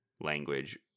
language